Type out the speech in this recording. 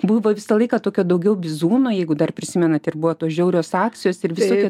buvo visą laiką tokio daugiau bizūno jeigu dar prisimenat ir buvo tos žiaurios akcijos ir visokie